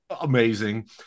amazing